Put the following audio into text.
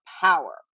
power